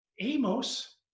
Amos